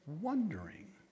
wondering